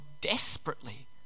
desperately